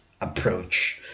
approach